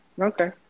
Okay